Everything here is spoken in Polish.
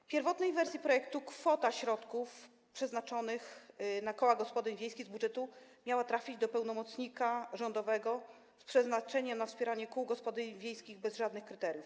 W pierwotnej wersji projektu kwota środków przeznaczonych na koła gospodyń wiejskich z budżetu miała trafić do pełnomocnika rządu z przeznaczeniem na wspieranie kół gospodyń wiejskich bez żadnych kryteriów.